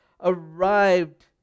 arrived